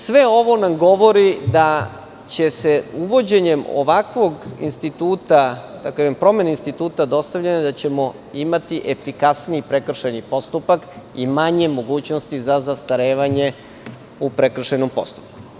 Sve ovo nam govori da ćemo uvođenjem ovakvog instituta, promenom instituta dostavljanja, imati efikasniji prekršajni postupak i manje mogućnosti za zastarevanje u prekršajnom postupku.